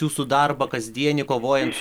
jūsų darbą kasdienį kovojant